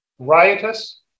riotous